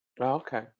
Okay